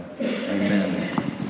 Amen